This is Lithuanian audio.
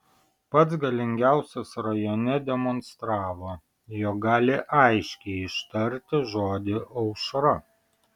pats galingiausias rajone demonstravo jog gali aiškiai ištarti žodį aušra